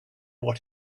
what